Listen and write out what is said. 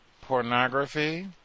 Pornography